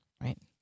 right